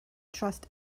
trust